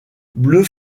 bleu